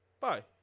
Bye